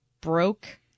broke